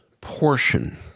portion